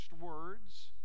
words